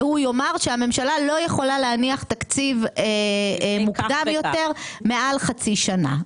והוא יאמר: שהממשלה לא יכולה להניח תקציב מוקדם יותר מעל חצי שנה.